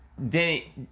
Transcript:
Danny